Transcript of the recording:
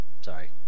Sorry